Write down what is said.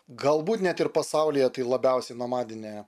galbūt net ir pasaulyje tai labiausiai nomadinė